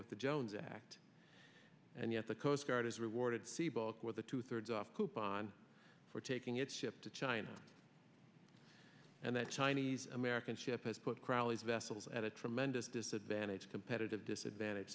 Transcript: with the jones act and yet the coast guard is rewarded seebach with a two thirds off coupon for taking its ship to china and that chinese american ship has put crowleys vessels at a tremendous disadvantage competitive disadvantage